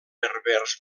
berbers